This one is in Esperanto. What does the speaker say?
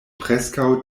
preskaŭ